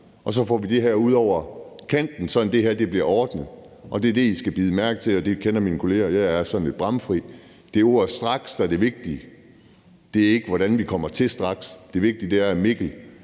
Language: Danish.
og så får vi det her ud over kanten, sådan at det bliver ordnet. Det er det, I skal bide mærke i, og det ved mine kolleger – jeg er sådan lidt bramfri – det er ordet straks, der er det vigtige. Det er ikke, hvordan vi kommer frem til »straks«; det vigtige er, at Mikkel